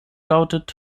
lautet